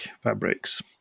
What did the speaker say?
fabrics